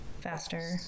faster